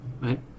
right